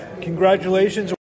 Congratulations